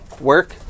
work